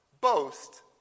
boast